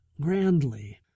grandly